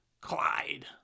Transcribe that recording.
Clyde